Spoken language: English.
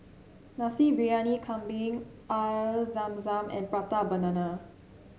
Nasi Briyani Kambing Air Zam Zam and Prata Banana